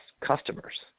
customers